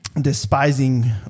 despising